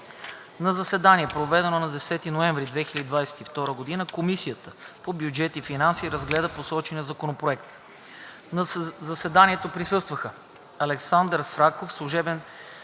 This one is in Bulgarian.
На заседание, проведено на 17 ноември 2022 г., Комисията по бюджет и финанси разгледа посочения законопроект. На заседанието присъстваха представителите